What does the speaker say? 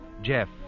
Jeff